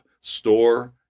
store